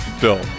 Bill